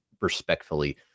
respectfully